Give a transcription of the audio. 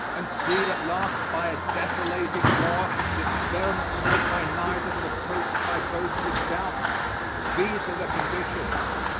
and freed at last by a desolating war, the experiment sought by neither but approached by both with doubt these are the conditions.